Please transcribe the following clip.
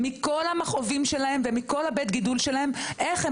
מכל המכאובים שלהם ומכל בית הגידול שלהן איך הן